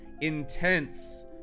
intense